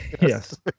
Yes